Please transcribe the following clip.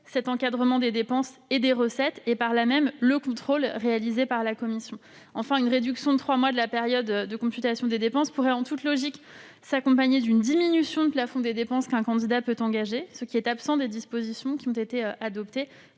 l'encadrement des dépenses et des recettes, et donc le contrôle réalisé par la Commission. Enfin, une réduction de trois mois de la période de computation des dépenses devrait en toute logique s'accompagner d'une diminution du plafond des dépenses qu'un candidat peut engager, ce que ne prévoit pas la disposition adoptée